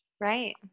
Right